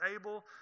able